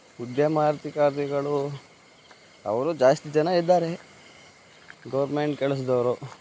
ಉದ್ಯಮಾರ್ತಿಕಾರ್ತಿಗಳು ಅವರೂ ಜಾಸ್ತಿ ಜನ ಇದ್ದಾರೆ ಗೌರ್ನ್ಮೆಂಟ್ ಕೆಲ್ಸದವರು